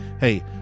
Hey